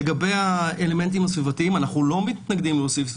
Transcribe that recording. לגבי האלמנטים הסביבתיים אנחנו לא מתנגדים לנושאים של